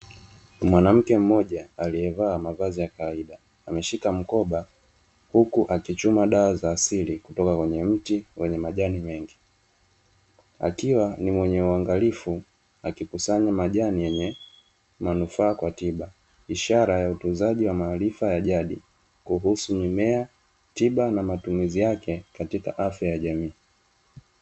Mwanamke mmoja aliye vaa mavazi ya kawaida ameshika mkoba, huku akichuma dawa za asili kutoka kwenye mti wenye majani mengi, akiwa ni mwenye uangalifu akikusanya majani yenye manufaa kwa tiba, ishara ya utunzaji wa maarifa ya jadi, kuhusu mimea, tiba na matumizi yake katika afya ya jamii.